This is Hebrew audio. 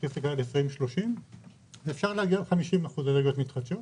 אז ב-2030 אפשר להגיע ל-50% אנרגיות מתחדשות,